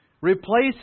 Replace